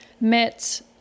met